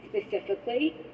specifically